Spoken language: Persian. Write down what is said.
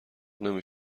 نمی